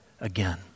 again